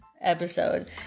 episode